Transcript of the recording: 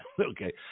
okay